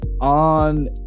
on